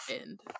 end